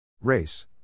Race